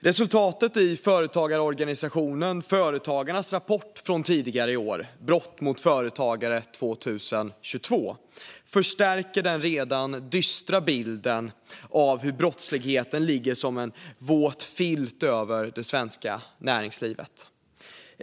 Resultatet i företagarorganisationen Företagarnas rapport från tidigare i år, Brott mot företagare 2022 , förstärker den redan dystra bilden av hur brottsligheten ligger som en våt filt över det svenska näringslivet.